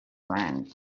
man